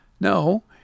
No